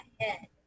ahead